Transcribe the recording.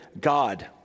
God